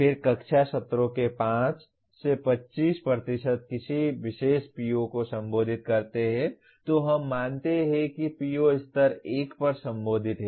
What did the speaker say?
फिर कक्षा सत्रों के 5 से 25 किसी विशेष PO को संबोधित करते हैं तो हम मानते हैं कि PO स्तर 1 पर संबोधित है